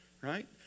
Right